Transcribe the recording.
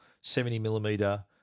70-millimeter